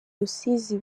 rusizi